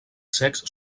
cecs